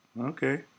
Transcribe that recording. Okay